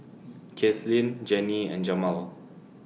Kathlyn Jenni and Jamal